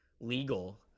legal